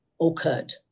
occurred